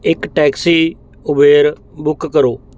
ਇੱਕ taxi Uber book ਕਰੋ